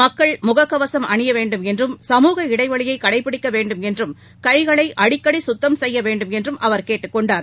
மக்கள் முகக்கவசம் அணிய வேண்டுமென்றும் சமூக இடைவெளியை கடைப்பிடிக்க வேண்டுமென்றும் கைகளை அடிக்கடி கத்தம் செய்ய வேண்டுமென்றும் அவர் கேட்டுக் கொண்டார்